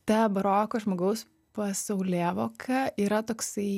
ta baroko žmogaus pasaulėvoka yra toksai